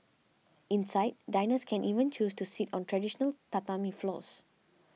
inside diners can even choose to sit on traditional tatami floors